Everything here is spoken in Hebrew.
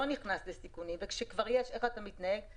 נכנס לסיכון ואיך אתה מתנהג כשכבר יש סיכון.